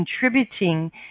contributing